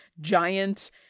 giant